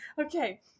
Okay